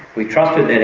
we trusted